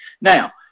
Now